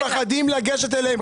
מפחדים לגשת אליהם.